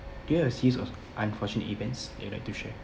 do you have a series of unfortunate events that you would like to share